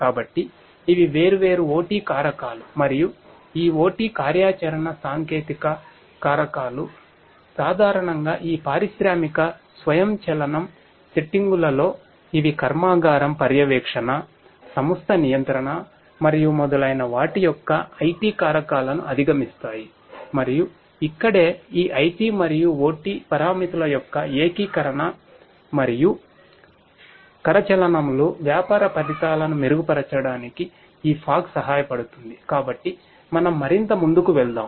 కాబట్టి మనం మరింత ముందుకు వెళ్దాం